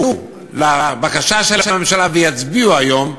ייענו לבקשה של הממשלה ויצביעו היום,